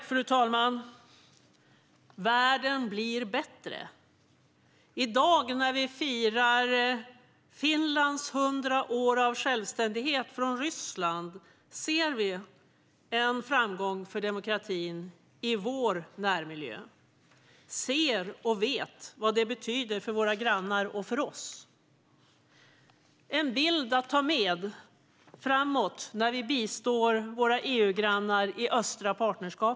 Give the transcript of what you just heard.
Fru talman! Världen blir bättre. I dag när vi firar Finlands 100 år av självständighet i förhållande till Ryssland ser vi en framgång för demokratin i vår närmiljö. Vi ser och vet vad det betyder för våra grannar och för oss. Det är en bild att ta med framåt när vi bistår våra EU-grannar i det östliga partnerskapet.